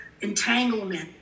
entanglement